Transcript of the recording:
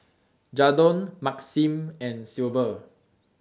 Jadon Maxim and Silver